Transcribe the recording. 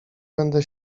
będę